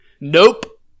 Nope